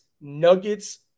nuggets